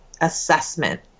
assessment